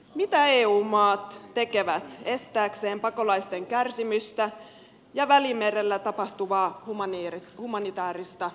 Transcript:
mitä eu maat tekevät estääkseen pakolaisten kärsimystä ja välimerellä tapahtuvaa humanitaarista kriisiä